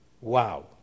Wow